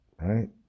Right